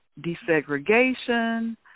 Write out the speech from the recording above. desegregation